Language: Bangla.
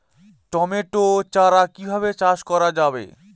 টমেটো চারা কিভাবে চাষ করা যাবে?